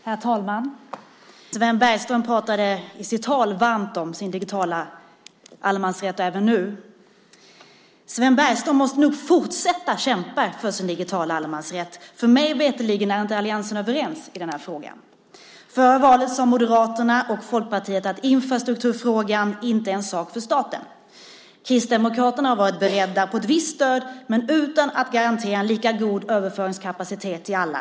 Herr talman! Sven Bergström pratade i sitt anförande, och även nu, varmt om sin digitala allemansrätt. Sven Bergström måste nog fortsätta att kämpa för sin digitala allemansrätt, för mig veterligen är inte alliansen överens i den här frågan. Före valet sade Moderaterna och Folkpartiet att infrastrukturfrågan inte är en sak för staten. Kristdemokraterna har varit beredda på ett visst stöd, men utan att garantera en lika god överföringskapacitet till alla.